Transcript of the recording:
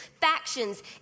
factions